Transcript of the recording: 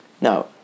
Now